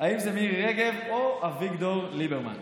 האם זאת מירי רגב או אביגדור ליברמן?